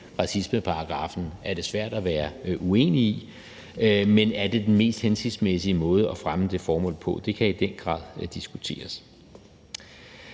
racismeparagraffen er det svært at være uenig i – men om det er den mest hensigtsmæssige måde at fremme det formål på, kan i den grad diskuteres.